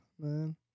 man